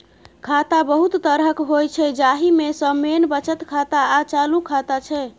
खाता बहुत तरहक होइ छै जाहि मे सँ मेन बचत खाता आ चालू खाता छै